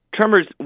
tremors